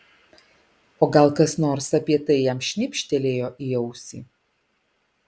o gal kas nors apie tai jam šnibžtelėjo į ausį